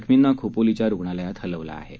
जखमींना खोपोलीच्या रुग्णालयात हलवलं आहे